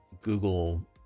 Google